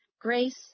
Grace